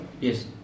yes